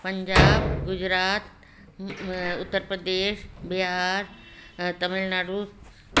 Punjab Gujarat Uttar Pradesh Bihar Tamil Nadu